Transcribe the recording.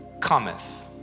cometh